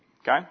Okay